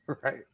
right